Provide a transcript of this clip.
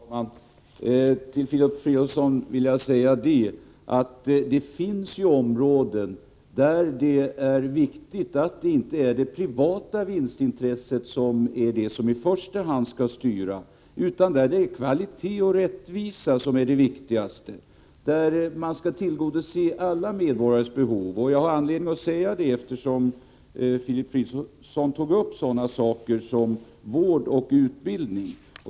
Herr talman! Till Filip Fridolfsson vill jag säga att det finns områden där det är viktigt att det inte är det privata vinstintresset som i första hand skall styra utan där det är kvalitet och rättvisa som är det viktigaste, områden där man skall tillgodose alla medborgares behov. Jag har anledning att säga detta, eftersom Filip Fridolfsson tog upp sådana saker som vård och utbildning.